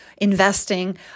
investing